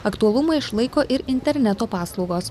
aktualumą išlaiko ir interneto paslaugos